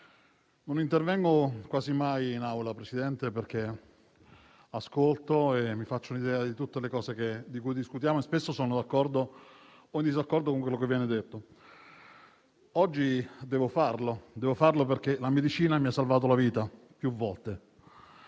non intervengo quasi mai in Aula, perché ascolto e mi faccio un'idea di tutte le cose di cui discutiamo e spesso sono d'accordo o in disaccordo con quello che viene detto. Oggi però devo farlo, perché la medicina mi ha salvato la vita più volte.